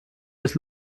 bis